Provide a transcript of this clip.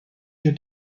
your